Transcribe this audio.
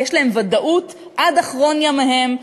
יש להם ודאות עד אחרון ימיהם,